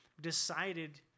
decided –